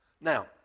Now